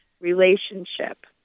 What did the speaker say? relationship